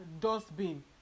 dustbin